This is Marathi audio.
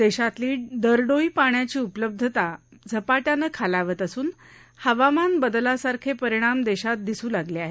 देशातली दरडोई पाण्याची उपलब्धता झपाटयानं खालावत असून हवामान बदलासारखे परिणाम देशात दिसू लागले आहेत